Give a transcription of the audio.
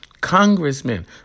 Congressmen